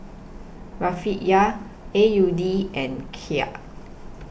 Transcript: Rufiyaa A U D and Kyat